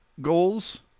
goals